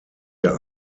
der